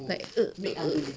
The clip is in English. like